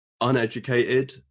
uneducated